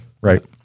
right